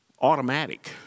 automatic